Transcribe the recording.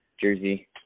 jersey